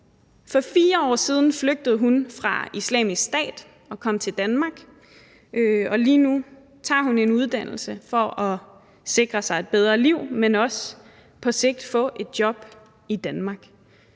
For 4 år siden flygtede hun fra Islamisk Stat og kom til Danmark, og lige nu tager hun en uddannelse for at sikre sig et bedre liv, men også for på sigt at få et job i Danmark.